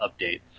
updates